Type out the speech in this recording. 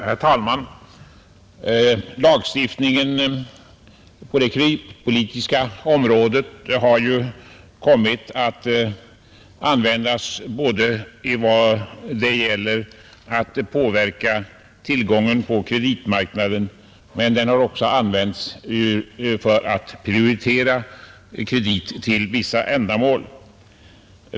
Herr talman! Lagstiftningen på det kreditpolitiska området har kommit att användas både när det gäller att påverka tillgången på kredit och för att prioritera kredit för vissa ändamål.